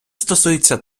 стосується